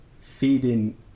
feeding